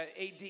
AD